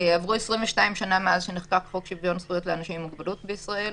עברו 22 שנים מאז נחקק חוק זכויות שוויון לאנשים עם מוגבלות בישראל,